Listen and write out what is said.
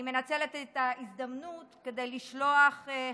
אני רוצה לנצל את ההזדמנות כדי לשלוח חיזוק